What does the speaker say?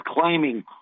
claiming